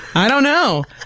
i don't know.